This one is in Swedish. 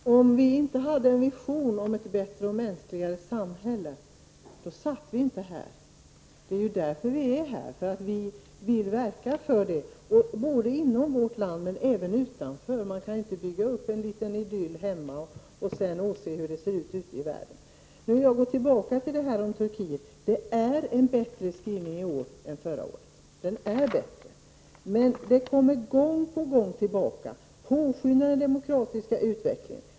Fru talman! Om vi inte hade en vision om ett bättre och mänskligare samhälle, skulle vi inte sitta här. Vi är här för att vi vill verka för ett bättre samhälle, inom vårt land men även utanför. Man kan inte bygga upp en liten idyll hemma och sedan åse hur det ser ut ute i världen. Jag vill gå tillbaka till diskussionen om Turkiet. Skrivningen är bättre i år än förra året. Men uttrycken kommer gång på gång tillbaka. Påskynda den demokratiska utvecklingen.